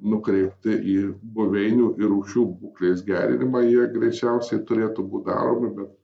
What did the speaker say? nukreipti į buveinių ir rūšių būklės gerinimą jie greičiausiai turėtų būt daromi bet